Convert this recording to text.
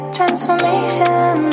Transformation